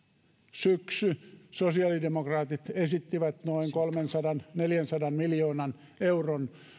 syksy sosiaalidemokraatit esittivät noin kolmensadan viiva neljänsadan miljoonan euron